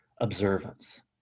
observance